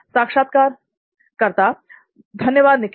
साक्षात्कारकर्ता धन्यवाद निखिल